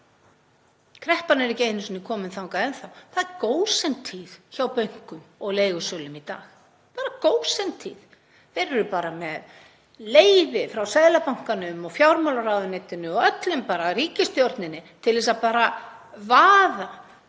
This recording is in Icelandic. Kreppan er ekki einu sinni komin þangað enn þá, það er gósentíð hjá bönkum og leigusölum í dag, gósentíð. Þeir eru með leyfi frá Seðlabankanum og fjármálaráðuneytinu og öllum, frá ríkisstjórninni, til þess að vaða